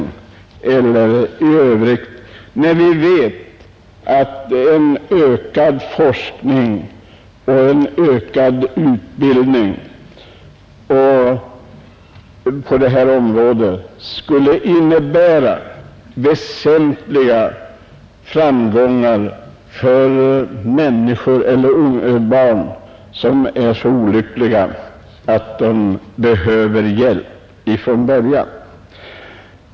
Vi vet ju att ökad forskning och ökad utbildning på det här området skulle innebära väsentliga förbättringar för barn som är så olyckligt lottade att de behöver hjälp från början.